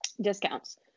discounts